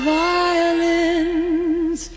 violins